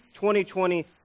2020